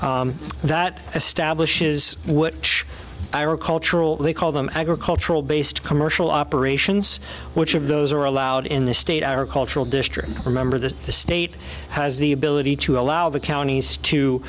o that establishes which i recall traill they call them agricultural based commercial operations which of those are allowed in the state our cultural district remember that the state has the ability to allow the counties to